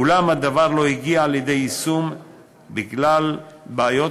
אולם הדבר לא הגיע לידי יישום בגלל בעיות